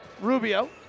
Rubio